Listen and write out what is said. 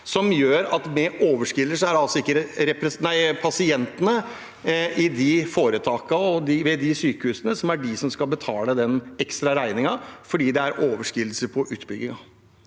som gjør at det ikke er pasientene i de helseforetakene og ved de sykehusene som skal betale den ekstra regningen fordi det er overskridelser på utbyggingen?